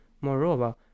Moreover